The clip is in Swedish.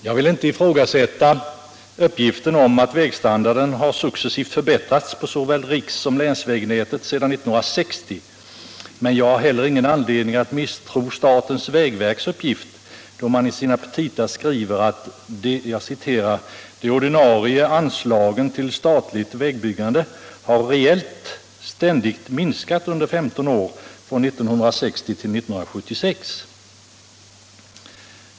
Jag vill inte ifrågasätta uppgiften att vägstandarden har successivt förbättrats på såväl rikssom länsvägnätet sedan 1960. Men jag har heller ingen anledning att misstro statens vägverks uppgift, då man i sina petita skriver: De ordinarie anslagen till statligt vägbyggande har reellt ständigt 105 minskat under 15 år från 1960 till 1976.